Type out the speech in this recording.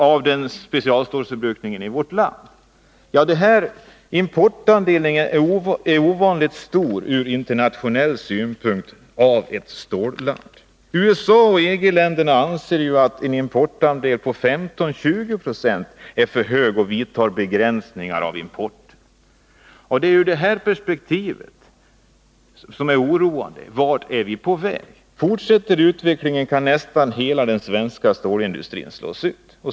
Det kan jämföras med siffran 28 90 år 1970. Denna importandel är, sett från internationell synpunkt, ovanligt stor för ett stålland. USA och EG-länderna anser att en importandel på 15-20 96 är för hög och begränsar importen. Det är detta perspektiv som är oroande. Vart är vi på väg? Fortsätter utvecklingen kan nästan hela den svenska stålindustrin slås ut.